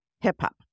Hip-hop